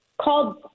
called